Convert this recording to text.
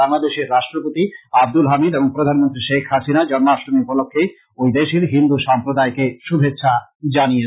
বাংলাদেশের রাষ্ট্রপতি আব্দুল হামিদ এবং প্রধানমন্ত্রী শেখ হাসিনা জন্মাট্টমী উপলক্ষ্যে সেদেশের হিন্দু সম্প্রদায়কে শুভেচ্ছা জানিয়েছেন